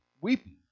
weeping